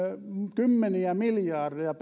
kymmeniä miljardeja